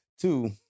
Two